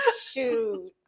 shoot